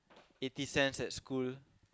eighty cents at school